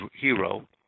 hero